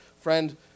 friend